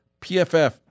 PFF